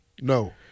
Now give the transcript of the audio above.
no